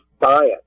science